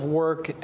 work